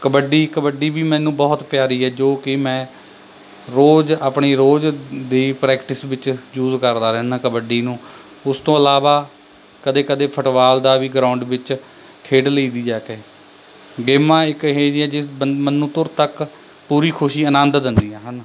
ਕਬੱਡੀ ਕਬੱਡੀ ਵੀ ਮੈਨੂੰ ਬਹੁਤ ਪਿਆਰੀ ਹੈ ਜੋ ਕਿ ਮੈਂ ਰੋਜ ਆਪਣੀ ਰੋਜ ਦੀ ਪ੍ਰੈਕਟਿਸ ਵਿੱਚ ਯੂਜ਼ ਕਰਦਾ ਰਹਿੰਦਾ ਕਬੱਡੀ ਨੂੰ ਉਸ ਤੋਂ ਇਲਾਵਾ ਕਦੇ ਕਦੇ ਫੁੱਟਬਾਲ ਦਾ ਵੀ ਗਰਾਊਂਡ ਵਿੱਚ ਖੇਡ ਲਈ ਦੀ ਜਾ ਕੇ ਗੇਮਾਂ ਇੱਕ ਇਹੋ ਜਿਹੀਆਂ ਜਿਸ ਮਨ ਨੂੰ ਧੁਰ ਤੱਕ ਪੂਰੀ ਖੁਸ਼ੀ ਆਨੰਦ ਦਿੰਦੀਆਂ ਹਨ